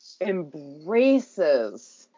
embraces